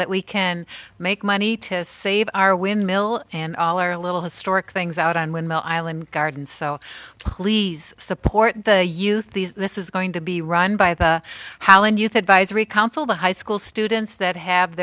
that we can make money to save our windmill and all or a little historic things out on windmill island garden so cli's support the youth these this is going to be run by the hauen youth advisory council the high school students that have